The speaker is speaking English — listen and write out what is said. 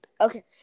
Okay